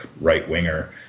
right-winger